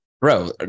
Bro